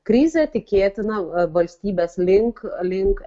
krizė tikėtina valstybes link link